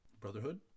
Brotherhood